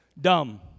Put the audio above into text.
Dumb